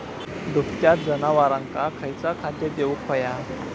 दुभत्या जनावरांका खयचा खाद्य देऊक व्हया?